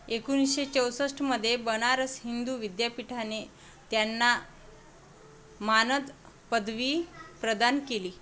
एकोणीसशे चौसष्टमध्ये बनारस हिंदू विद्यापीठाने त्यांना मानद पदवी प्रदान केली